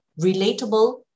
relatable